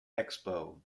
expo